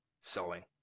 sewing